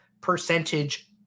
percentage